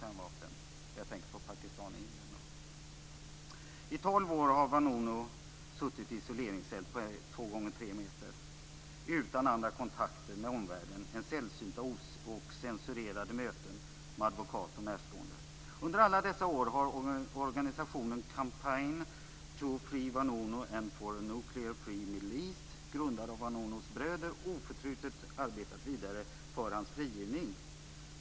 Jag tänker på I tolv år har Vanunu suttit i en isoleringscell på 2 gånger 3 meter, utan andra kontakter med omvärlden än sällsynta och censurerade möten med advokat och närstående. Under alla dessa år har organisationen Middle East, grundad av hans bröder, oförtrutet arbetat vidare för hans frigivning.